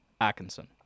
Atkinson